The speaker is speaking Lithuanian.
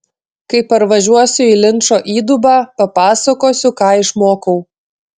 kai parvažiuosiu į linčo įdubą papasakosiu ką išmokau